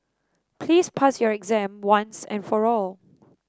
please pass your exam once and for all